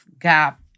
gap